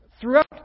throughout